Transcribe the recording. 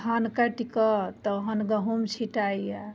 धान काटि कऽ तहन गहुँम छिटाइए